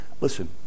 listen